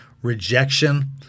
rejection